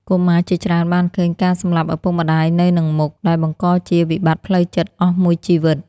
កុមារជាច្រើនបានឃើញការសម្លាប់ឪពុកម្ដាយនៅនឹងមុខ ដែលបង្កជាវិបត្តិផ្លូវចិត្តអស់មួយជីវិត។